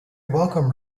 welcome